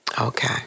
Okay